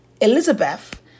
Elizabeth